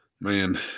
Man